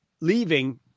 leaving